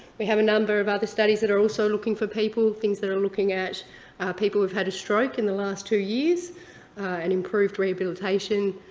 we have a number of other studies that are also looking for people, things that are looking at people who've had a stroke in the past two years and improved rehabilitation